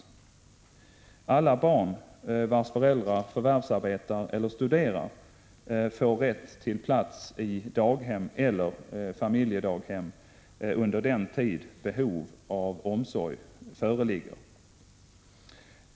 Alla barn vars vårdnadshavare förvärvsarbetar eller studerar får rätt till plats i daghem eller familjedaghem under den tid behov av omsorg föreligger.